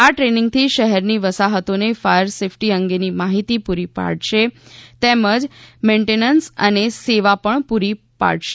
આ દ્રેનીંગથી શહેરની વસાહતોને ફાયર સેફ્ટી અંગેની માહિતી પુરી પાડશે તેમજ મેન્ટેનન્સ અને સેવા પણ પુરી પાડશે